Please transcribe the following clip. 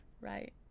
right